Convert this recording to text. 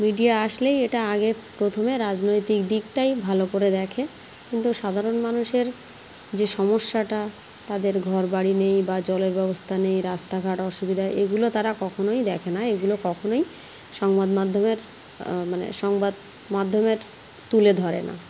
media আসলেই এটা আগে প্রথমে রাজনৈতিক দিকটাই ভালো করে দেখে কিন্তু সাধারণ মানুষের যে সমস্যাটা তাদের ঘর বাড়ি নেই বা জলের ব্যবস্থা নেই রাস্তাঘাট অসুবিধা এগুলো তারা কখনোই দেখে না এগুলো কখনোই সংবাদমাধ্যমের মানে সংবাদমাধ্যমের তুলে ধরে না